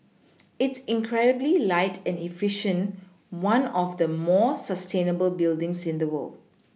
it's incredibly light and efficient one of the more sustainable buildings in the world